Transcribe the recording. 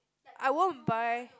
I won't buy